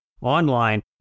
online